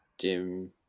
Jim